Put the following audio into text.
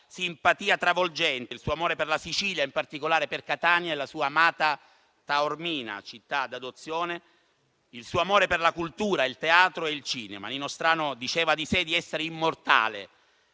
simpatia travolgente, il suo amore per la Sicilia, in particolare per Catania e la sua amata Taormina, città d'adozione, il suo amore per la cultura, il teatro e il cinema. Nino Strano diceva di sé di essere immortale,